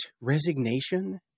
Resignation